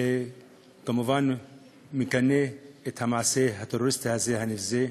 וכמובן מגנה את המעשה הטרוריסטי הזה, הנבזי.